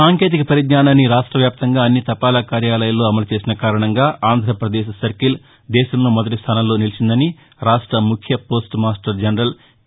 సాంకేతిక పరిజ్ఞానాన్ని రాష్ట వ్యాప్తంగా అన్ని తపాలా కార్యాలయాల్లో అమలు చేసిన కారణంగా ఆంధ్రప్రదేశ్ సర్కిల్ దేశంలో మొదటి స్థానంలో నిలిచిందని రాష్ట్ర ముఖ్య పోస్టు మాస్టర్ జనరల్ కె